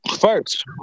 First